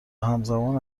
همزمان